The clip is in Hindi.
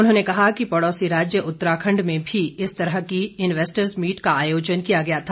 उन्होंने कहा कि पड़ोसी राज्य उत्तराखंड में भी इसी तरह की इन्वेस्टर्स मीट का आयोजन किया गया था